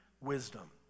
wisdom